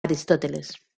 aristóteles